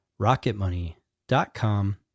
rocketmoney.com